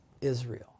Israel